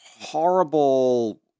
horrible